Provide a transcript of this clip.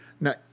Now